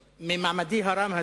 ממעמדי הרם הזה,